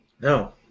No